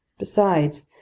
besides,